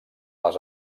les